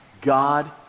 God